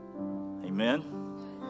Amen